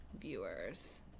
viewers